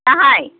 दाहाय